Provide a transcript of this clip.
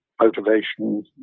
motivation